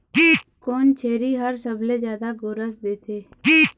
कोन छेरी हर सबले जादा गोरस देथे?